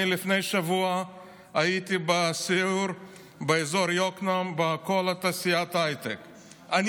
אני לפני שבוע הייתי בסיור בכל תעשיית ההייטק בכל אזור יקנעם.